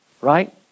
Right